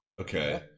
Okay